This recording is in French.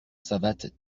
savates